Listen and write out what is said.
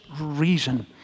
reason—